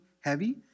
heavy